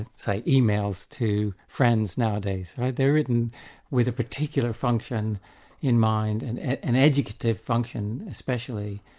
and say, emails to friends nowadays. they're written with a particular function in mind, and an educative function especially,